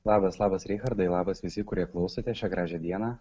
labas labas richardai labas visi kurie klausotės šią gražią dieną